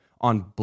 on